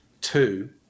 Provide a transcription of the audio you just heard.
two